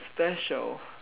special